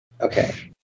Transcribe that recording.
Okay